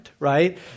right